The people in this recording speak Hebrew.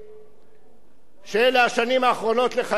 שאלה השנים האחרונות לחייהם, אדוני היושב-ראש.